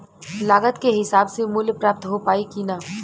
लागत के हिसाब से मूल्य प्राप्त हो पायी की ना?